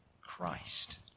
Christ